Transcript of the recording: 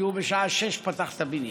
כי בשעה 06:00 הוא פתח את הבניין,